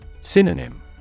Synonym